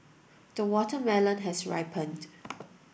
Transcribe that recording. the watermelon has ripened